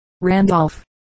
Randolph